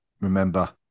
Remember